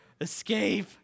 escape